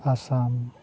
Assam